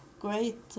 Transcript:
great